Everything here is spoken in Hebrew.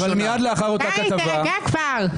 די, תירגע כבר.